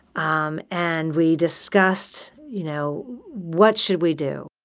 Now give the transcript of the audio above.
um and we discussed you know what should we do?